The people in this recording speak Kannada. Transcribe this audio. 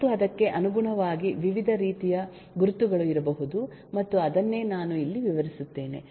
ಮತ್ತು ಅದಕ್ಕೆ ಅನುಗುಣವಾಗಿ ವಿವಿಧ ರೀತಿಯ ಗುರುತುಗಳು ಇರಬಹುದು ಮತ್ತು ಅದನ್ನೇ ನಾನು ಇಲ್ಲಿ ವಿವರಿಸುತ್ತೇನೆ